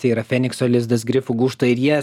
tai yra fenikso lizdas grifų gūžta ir jie